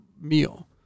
meal